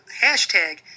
hashtag